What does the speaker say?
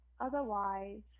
otherwise